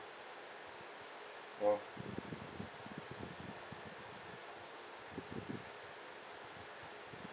orh